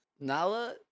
Nala